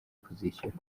kuzishyura